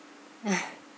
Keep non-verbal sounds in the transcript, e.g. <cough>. <noise>